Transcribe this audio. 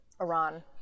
iran